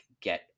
get